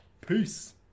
Peace